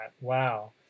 wow